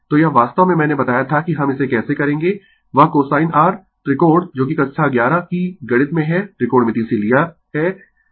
तो यह वास्तव में मैंने बताया था कि हम इसे कैसे करेंगें वह cosine r त्रिकोण जो कि कक्षा 11 की गणित में है त्रिकोणमिति से लिया है